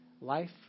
life